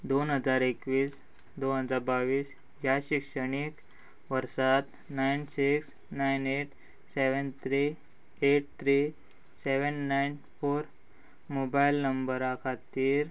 दोन हजार एकवीस दोन हजार बावीस ह्या शिक्षणीक वर्सांत nine six nine eight seven three eight three seven nine four mobile नंबरा खातीर